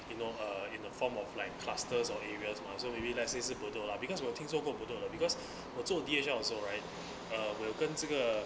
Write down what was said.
you know uh in the form of like clusters or areas mah so maybe let's say 是 bedok lah because 我听说过 bedok 了 because 我做 D_H_L 的时候 right uh 我有跟这个